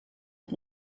and